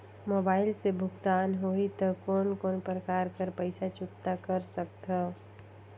Mobile से भुगतान होहि त कोन कोन प्रकार कर पईसा चुकता कर सकथव?